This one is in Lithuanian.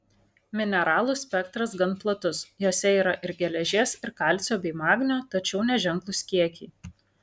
mineralų spektras gan platus jose yra ir geležies ir kalcio bei magnio tačiau neženklūs kiekiai